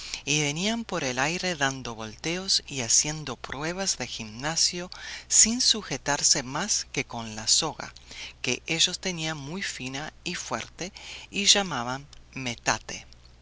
y venían por el aire dando volteos y haciendo pruebas de gimnasio sin sujetarse más que con la soga que ellos tejían muy fina y fuerte y llamaban metate